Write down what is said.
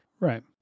Right